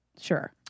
Sure